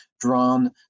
drawn